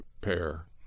pair